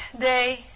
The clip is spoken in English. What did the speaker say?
day